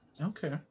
Okay